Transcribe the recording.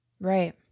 right